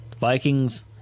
Vikings